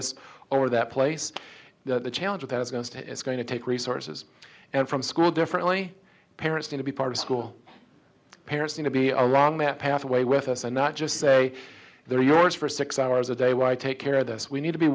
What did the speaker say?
us or that place that the challenge of that is going to it's going to take resources and from school differently parents need to be part of school parents need to be are wrong that pathway with us and not just say they're yours for six hours a day why take care of this we need to be